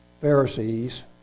Pharisees